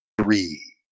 Three